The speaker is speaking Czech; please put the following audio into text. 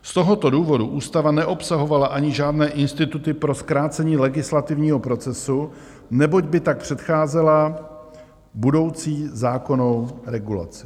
Z tohoto důvodu ústava neobsahovala ani žádné instituty pro zkrácení legislativního procesu, neboť by tak předcházela budoucí zákonnou regulaci.